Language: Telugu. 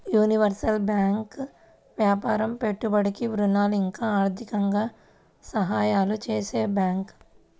యూనివర్సల్ బ్యాంకు వ్యాపారం పెట్టుబడికి ఋణాలు ఇంకా ఆర్థికంగా సహాయాలు చేసే బ్యాంకు